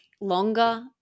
longer